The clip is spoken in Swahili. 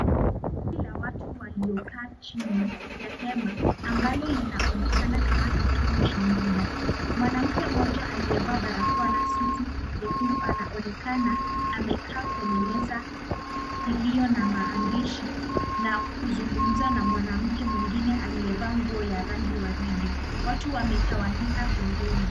Kundi la watu waliokaa chini ya hema ambalo linaonekana kama kituo cha muda. Mwanamke mmoja aliyevaa barakoa na suti nyekundu anaonekana amekaa kwenye meza iliyo na maandishi na kuzungumza na mwanamke mwingine, aliyevaa nguo ya rangi ya waridi. Watu wametawanyika pembeni.